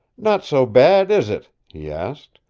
not so bad, is it? he asked.